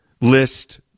list